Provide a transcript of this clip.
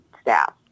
staff